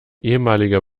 ehemaliger